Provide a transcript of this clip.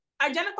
identify